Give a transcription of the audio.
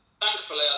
thankfully